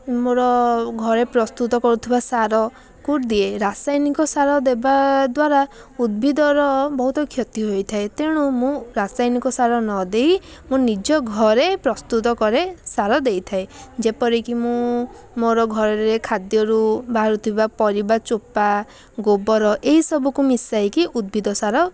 ମୋର ଘରେ ପ୍ରସ୍ତୁତ କରୁଥିବା ସାରକୁ ଦିଏ ରାସାୟନିକ ସାର ଦେବା ଦ୍ଵାରା ଉଦ୍ଭିଦର ବହୁତ କ୍ଷେତି ହୋଇଥାଏ ତେଣୁ ମୁଁ ରାସାୟନିକ ସାର ନଦେଇ ମୁଁ ନିଜ ଘରେ ପ୍ରସ୍ତୁତ କରେ ସାର ଦେଇଥାଏ ଯେପରିକି ମୁଁ ମୋର ଘରେ ଖାଦ୍ୟରୁ ବାହାରୁଥିବା ପରିବା ଚୋପା ଗୋବର ଏହି ସବୁକୁ ମିଶାଇକି ଉଦ୍ଭିଦ ସାର